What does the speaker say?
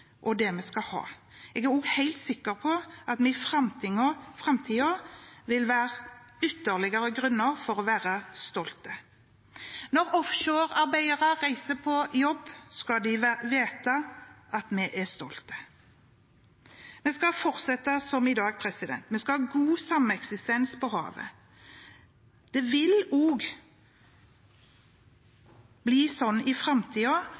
og den vi skal ha. Jeg er også helt sikker på at vi i framtiden vil få ytterligere grunner til å være stolte. Når offshorearbeidere reiser på jobb, skal de vite at vi er stolte. Vi skal fortsette som i dag. Vi skal ha god sameksistens på havet. Det vil også bli sånn i